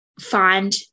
find